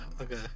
okay